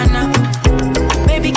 Baby